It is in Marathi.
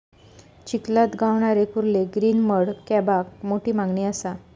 चिखलात गावणारे कुर्ले ग्रीन मड क्रॅबाक मोठी मागणी असा